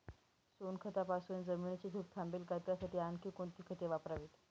सोनखतापासून जमिनीची धूप थांबेल का? त्यासाठी आणखी कोणती खते वापरावीत?